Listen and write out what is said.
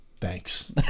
Thanks